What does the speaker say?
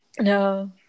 No